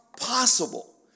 possible